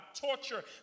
torture